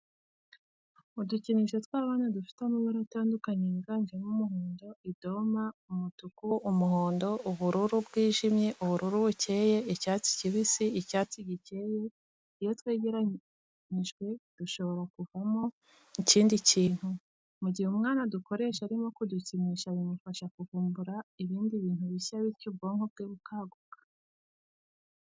Udukinisho tw'abana dufite amabara atandukanye yiganjemo umuhondo, idoma, umutuku, umuhondo, ubururu bwijimye, ubururu bukeye, icyatsi kibisi, icyatsi gikeye, iyo twegeranyijwe dushobora kuvamo ikindi kintu, mu gihe umwana adukoresha arimo kudukinisha bimufasha kuvumbura ibindi bintu bishya bityo ubwonko bwe bukaguka.